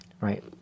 Right